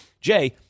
Jay